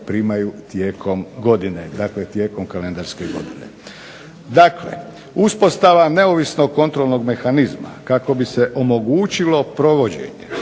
primaju tijekom godine, dakle tijekom kalendarske godine. Dakle, uspostava neovisnog kontrolnog mehanizma kako bi se omogućilo provođenje